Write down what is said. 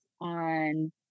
on